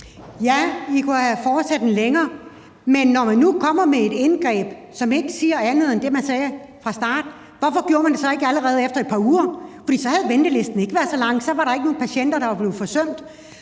Ja, I kunne have fortsat den længere, men når man nu kommer med et indgreb, som ikke siger andet end det, man sagde fra start af, hvorfor gjorde man det så ikke allerede efter et par uger? For så havde ventelisten ikke været så lang, og så var der ikke nogen patienter, der var blevet forsømt.